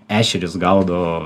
ešerius gaudo